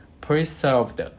preserved